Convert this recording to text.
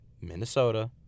Minnesota